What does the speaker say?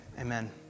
amen